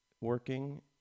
working